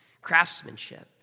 craftsmanship